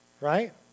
right